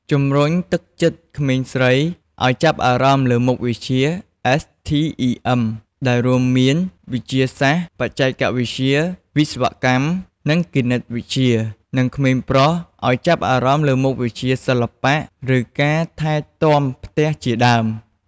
ជំរុញលើកទឹកចិត្តក្មេងស្រីឲ្យចាប់អារម្មណ៍លើមុខវិជ្ជា STEM ដែលរួមមាន វិទ្យាសាស្ត្រ បច្ចេកវិទ្យា វិស្វកម្ម និងគណិតវិទ្យា និងក្មេងប្រុសឲ្យចាប់អារម្មណ៍លើមុខវិជ្ជាសិល្បៈ ឬការថែទាំផ្ទះជាដើម។